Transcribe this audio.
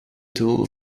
doel